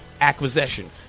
acquisition